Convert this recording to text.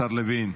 השר לוין,